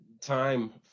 time